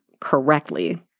correctly